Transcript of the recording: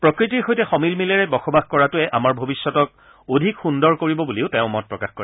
প্ৰকৃতিৰ সৈতে সমিলমিলেৰে বসবাস কৰাটোৱে আমাৰ ভৱিষ্যতক অধিক সুন্দৰ কৰিব বুলিও তেওঁ মত প্ৰকাশ কৰে